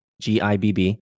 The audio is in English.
G-I-B-B